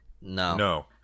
No